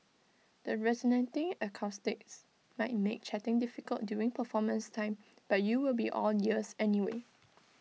the resonating acoustics might make chatting difficult during performance time but you will be all ears anyway